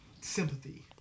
Sympathy